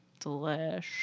Delish